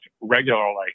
regularly